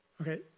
Okay